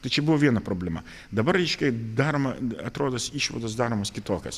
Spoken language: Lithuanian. tai čia buvo viena problema dabar aiškiai daroma atrodos išvados daromos kitokios